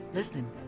Listen